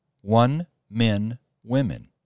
one-men-women